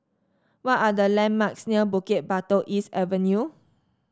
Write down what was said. what are the landmarks near Bukit Batok East Avenue